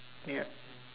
ya